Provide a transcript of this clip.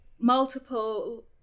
multiple